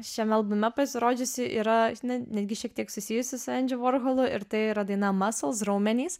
šiame albume pasirodžiusi yra netgi šiek tiek susijusi su endžiu vorholu ir tai yra daina muscles raumenys